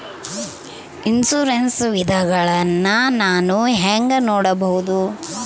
Insurance ವಿಧಗಳನ್ನ ನಾನು ಹೆಂಗ ನೋಡಬಹುದು?